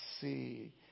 see